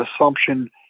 assumption